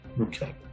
okay